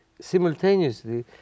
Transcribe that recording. simultaneously